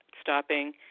stopping